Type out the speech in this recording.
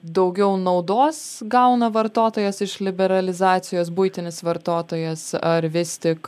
daugiau naudos gauna vartotojas iš liberalizacijos buitinis vartotojas ar vis tik